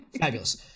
fabulous